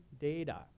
data